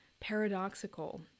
paradoxical